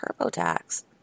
TurboTax